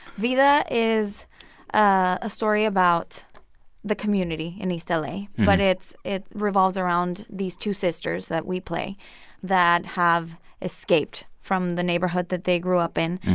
vida is a story about the community in east la. but it's it revolves around these two sisters that we play that have escaped from the neighborhood that they grew up in.